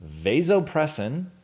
vasopressin